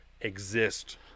exist